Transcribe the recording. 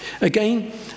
Again